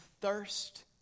thirst